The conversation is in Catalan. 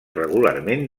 regularment